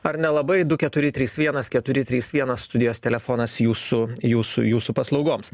ar nelabai du keturi trys vienas keturi trys vienas studijos telefonas jūsų jūsų jūsų paslaugoms